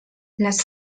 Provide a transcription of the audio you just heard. les